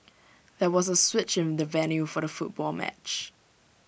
there was A switch in the venue for the football match